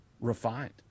refined